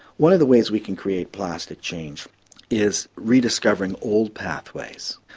one of the ways we can create plastic change is rediscovering old pathways,